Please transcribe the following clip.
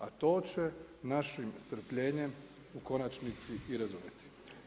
A to će našim strpljenjem u konačnici i razdvojiti.